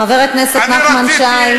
חבר הכנסת נחמן שי,